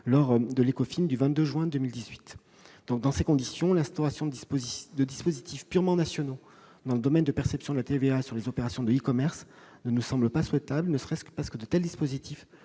lors de l'Ecofin du 22 juin 2018. Dans ces conditions, l'instauration de dispositifs purement nationaux dans le domaine de perception de la TVA sur les opérations d'e-commerce ne nous semble pas souhaitable, ne serait-ce que parce que de tels dispositifs